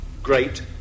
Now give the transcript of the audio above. great